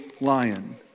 lion